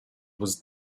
was